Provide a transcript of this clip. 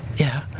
yeah.